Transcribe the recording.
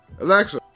Alexa